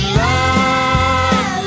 love